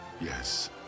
Yes